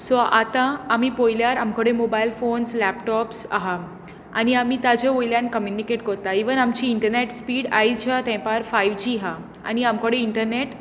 so आतां आमी पळयल्यार आमचे कडेन मोबायल फोन्स लॅपटाॅप्स आसा आनी आमी ताज्या वयल्यान कम्यूनिकेट्स करता इवन आमची इंटरनेट स्पीड आयच्या तेंपार फायव जी आसा आनी आमचे कडेन इंटरनॅट